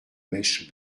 mèche